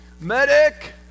Medic